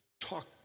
talk